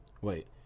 Wait